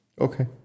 Okay